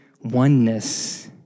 oneness